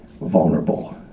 vulnerable